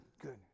good